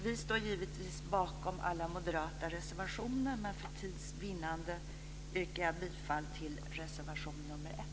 Vi står givetvis bakom alla moderata reservationer, men för tids vinnande yrkar jag bifall till reservation 1.